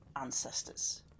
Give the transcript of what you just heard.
ancestors